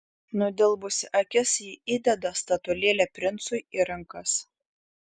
nudelbusi akis ji įdeda statulėlę princui į rankas